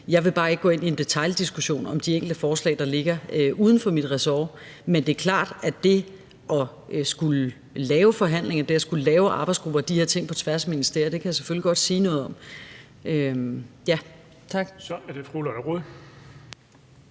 jeg vil bare ikke gå ind i en detaildiskussion om de enkelte forslag, der ligger uden for mit ressort. Men det er klart, at det at skulle lave forhandlinger, og det at skulle lave arbejdsgrupper og de her ting på tværs af ministerier, kan jeg selvfølgelig godt sige noget om. Kl.